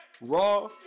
Raw